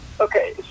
Okay